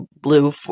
blue